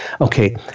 Okay